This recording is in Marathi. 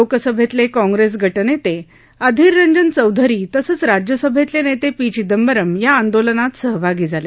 लोकसभेतले काँग्रेस गटनेते अधीररंजन चौधरी तसंच राज्यसभेतले नेते पी चिदंबरम या आंदोलनात सहभागी झाले